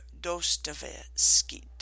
Dostoevsky